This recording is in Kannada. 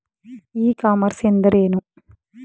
ಇ ಕಾಮರ್ಸ್ ಎಂದರೆ ಏನು?